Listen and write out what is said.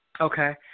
Okay